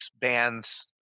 bands